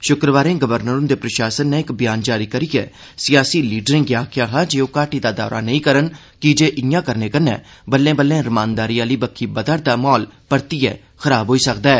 श्क्रवारे governor हन्दे प्रशासन नै इक ब्यान जारी करियै सियासी लीडरें गी आक्खेया हा जे ओ घाटी दा दौरा नेई करन कीजे इयां करने नै बल्ले बल्ले रमानदारी आली बक्खी अगड़ै बधै रदा माहौल परतियै खराब होई सकदा ऐ